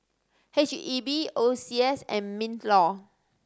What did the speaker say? H E B O C S and MinLaw